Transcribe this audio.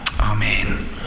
Amen